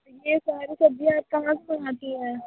तो ये सारी सब्ज़ियाँ कहाँ से आती है